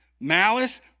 malice